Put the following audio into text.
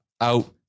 out